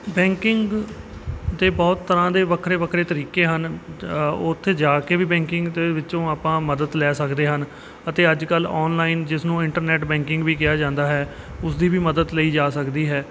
banking ਦੇ ਬਹੁਤ ਤਰ੍ਹਾਂ ਦੇ ਵੱਖਰੇ ਵੱਖਰੇ ਤਰੀਕੇ ਹਨ ਉੱਥੇ ਜਾ ਕੇ ਵੀ ਬੈਂਕਿੰਗ ਦੇ ਵਿੱਚੋਂ ਆਪਾਂ ਮਦਦ ਲੈ ਸਕਦੇ ਹਨ ਅਤੇ ਅੱਜ ਕੱਲ੍ਹ ਆਨਲਾਈਨ ਜਿਸਨੂੰ ਇੰਟਰਨੈਟ ਬੈਂਕਿੰਗ ਵੀ ਕਿਹਾ ਜਾਂਦਾ ਹੈ ਉਸ ਦੀ ਵੀ ਮਦਦ ਲਈ ਜਾ ਸਕਦੀ ਹੈ